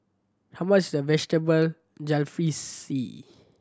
how much is Vegetable Jalfrezi